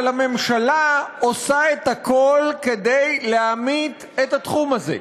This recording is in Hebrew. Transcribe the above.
אבל הממשלה עושה הכול כדי להמית את התחום הזה.